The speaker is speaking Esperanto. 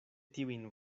tiujn